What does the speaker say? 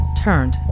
turned